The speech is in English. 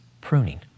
pruning